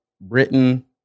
Britain